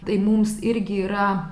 tai mums irgi yra